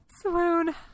Swoon